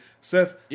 Seth